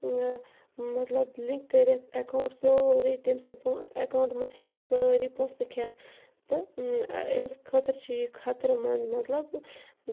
مَطلب لِنک کٔرِتھ اٮ۪کاوُنٛٹ سورُے تٔمۍ سِٕنٛدۍ پو اٮ۪کاوُنٛٹ منٛز ہیٚکہِ سُہ سٲری پونسہٕ تہِ کھٮ۪تھ تہٕ أمِس خٲطرٕ چھِ یہِ خطرٕ منٛد مطلب